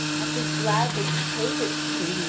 i should gladly propose it to you.